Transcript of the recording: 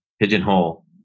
pigeonhole